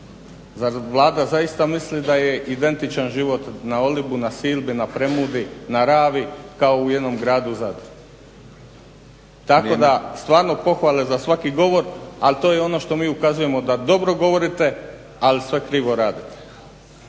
Zar Vlada zaista misli da je identičan život na Olibu, na Silbi na Premudi, na Ravi kao u jednom gradu Zadru. Tako da stvarno pohvale za svaki govor ali to je ono što mi ukazujemo da dobro govorite ali sve krivo radite.